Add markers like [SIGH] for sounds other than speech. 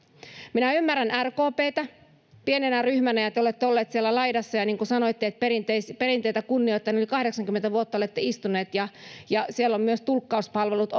minä ymmärrän rkptä pienenä ryhmänä ja te olette olleet siellä laidassa ja niin kuin sanoitte perinteitä kunnioittaen yli kahdeksankymmentä vuotta olette istuneet siellä ja siellä ovat myös tulkkauspalvelut [UNINTELLIGIBLE]